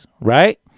right